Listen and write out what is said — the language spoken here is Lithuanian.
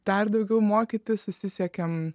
dar daugiau mokytis susisiekiam